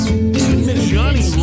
Johnny